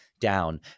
Down